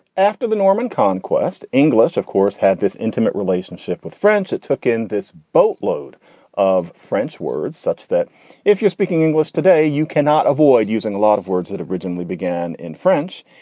after the norman conquest, english, of course, had this intimate relationship with france. it took in this boatload of french words such that if you're speaking english today, you cannot avoid using a lot of words that originally began in french.